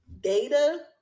data